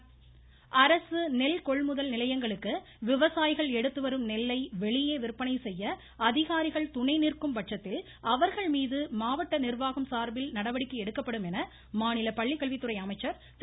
செங்கோட்டையன் அரசு நெல்கொள்முதல் நிலையங்களுக்கு விவசாயிகள் எடுத்துவரும் நெல்லை வெளியே விற்பனை செய்ய அதிகாரிகள் துணைநிற்கும் பட்சத்தில் அவர்கள்மீது மாவட்ட நிர்வாகம் சார்பில் நடவடிக்கை எடுக்கப்படும் என மாநில பள்ளிக்கல்வித்துறை அமைச்சர் திரு